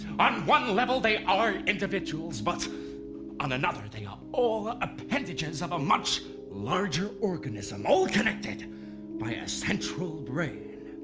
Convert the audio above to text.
on one level, they are individuals, but on another they are all appendages of a much larger organism all connected by a central brain.